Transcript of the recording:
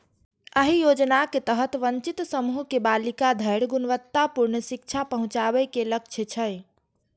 एहि योजनाक तहत वंचित समूह के बालिका धरि गुणवत्तापूर्ण शिक्षा पहुंचाबे के लक्ष्य छै